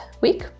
week